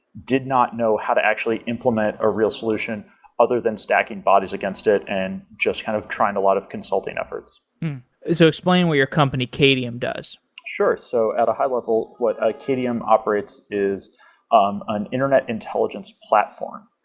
did not know how to actually implement a real solution other than stacking bodies against it and just kind of trying a lot of consulting efforts so explain what your company qadium does sure. so at a high-level, what ah qadium operates is um an internet intelligence platform.